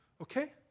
okay